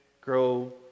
grow